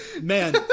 Man